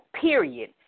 period